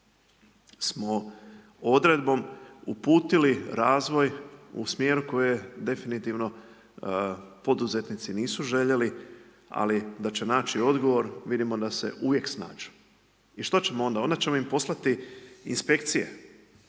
smo odredbom uputili razvoj u smjeru koji definitivno poduzetnici nisu željeli ali da će naći odgovor, vidimo da se uvijek snađu. I što ćemo onda? Onda ćemo im poslati inspekcije,